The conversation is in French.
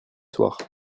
soirs